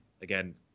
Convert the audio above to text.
again